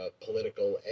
political